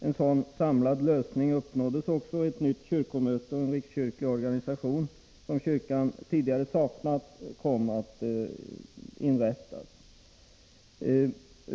En sådan samlad lösning uppnåddes också i ett nytt kyrkomöte, och en rikskyrklig organisation, som kyrkan tidigare saknat, kom att inrättas.